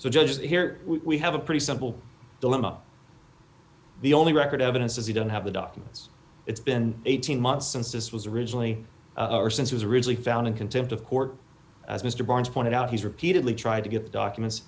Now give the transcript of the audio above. so judge here we have a pretty simple dilemma the only record evidence is you don't have the documents it's been eighteen months since this was originally or since was originally found in contempt of court as mr barnes pointed out he's repeatedly tried to get the documents